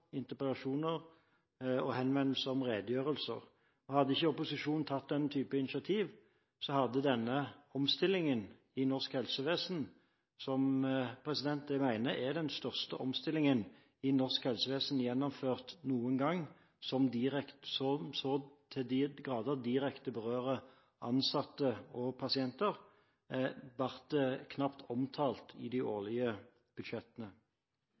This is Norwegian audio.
interpellasjoner og henvendelser om redegjørelser. Hadde ikke opposisjonen tatt den typen initiativ, hadde denne omstillingen i norsk helsevesen, som jeg mener er den største omstillingen gjennomført i norsk helsevesen noen gang – som så til de grader berører ansatte og pasienter direkte – knapt vært omtalt i de årlige budsjettene.